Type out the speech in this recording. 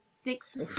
six